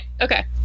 okay